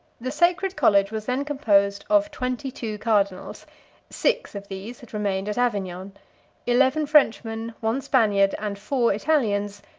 the sacred college was then composed of twenty-two cardinals six of these had remained at avignon eleven frenchmen, one spaniard, and four italians,